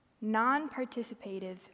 non-participative